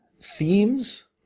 Themes